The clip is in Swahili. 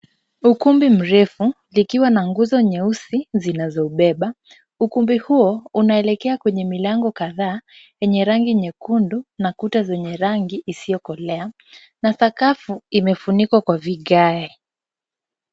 Ukumbi mrefu, likiwa na nguzo nyeusi zinazoubeba. Ukumbi huo unaelekea kwenye milango kadhaa yenye rangi nyekundu na kuta zenye rangi isiyokolea na sakafu imefunikwa kwa vigae.